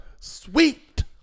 Sweet